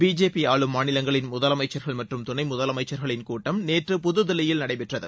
BJP ஆளும் மாநிலங்களின் முதலமைச்சர்கள் மற்றும் துணை முதலமைச்சர்களின் கூட்டம் நேற்று புதுதில்லியில் நடைபெற்றது